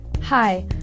Hi